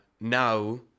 now